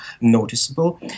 noticeable